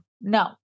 no